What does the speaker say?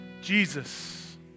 Jesus